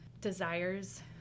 desires